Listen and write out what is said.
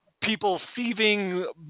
people-thieving